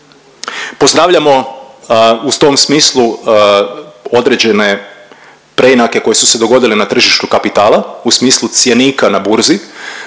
Pozdravljamo u tom smislu određene preinake koje su se dogodile na tržištu kapitala u smislu cjenika na burzi,